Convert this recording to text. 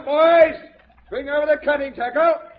i mean over the cutting checkup,